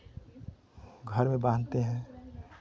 घर में बान्धते हैं